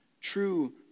true